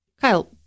Kyle